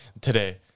Today